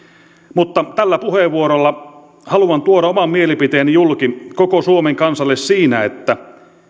mutta tällä puheenvuorolla haluan tuoda oman mielipiteeni julki koko suomen kansalle siinä että